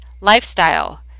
lifestyle